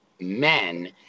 men